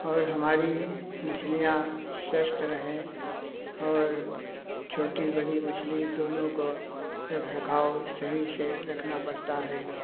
और हमारी मछलियाँ स्वस्थ रहें और छोटी बड़ी मछली दोनों को रख रखाव सही से रखना पड़ता है